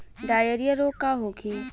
Diarrhoea रोग का होखे?